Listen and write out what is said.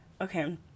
okay